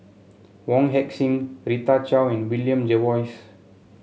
Wong Heck Sing Rita Chao and William Jervois